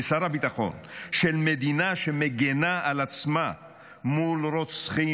ושר הביטחון של מדינה שמגינה על עצמה מול רוצחים,